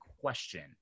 question